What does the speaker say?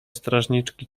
strażniczki